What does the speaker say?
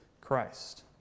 Christ